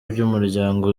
by’umuryango